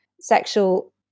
sexual